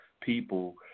people